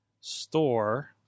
store